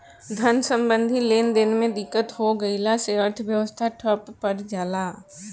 धन सम्बन्धी लेनदेन में दिक्कत हो गइला से अर्थव्यवस्था ठप पर जला